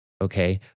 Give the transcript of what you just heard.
okay